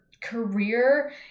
career